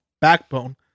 backbone